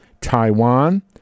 Taiwan